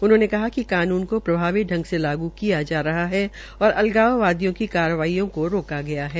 उन्होंने कहा कि कानून को प्रभावी ांग से लागू किया जा रहा है और अलगावादियों की कार्यवाईयों को रोका गया है